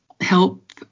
help